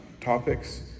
topics